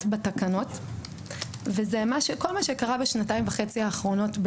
בתקנות וזה מה שכל מה שקרה בשנתיים וחצי האחרונות,